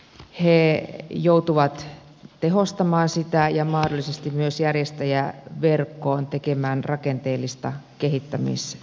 he joutuvat tehostamaan sitä ja mahdollisesti myös järjestäjäverkkoon tekemään rakenteellista kehittämistyötä